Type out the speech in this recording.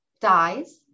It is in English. dies